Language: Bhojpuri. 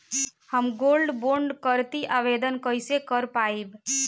हम गोल्ड बोंड करतिं आवेदन कइसे कर पाइब?